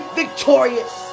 victorious